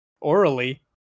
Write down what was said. orally